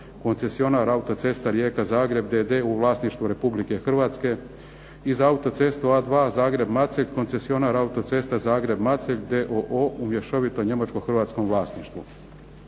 koncesionar autocesta Rijeka – Zagreb d.d. u vlasništvu Republike Hrvatske i za autocestu A2 Zagreb – Macelj koncesionar autocesta Zagreb – Macelj d.o.o. u mješovito njemačko-hrvatskom vlasništvu.